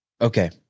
Okay